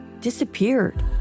disappeared